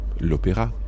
l'Opéra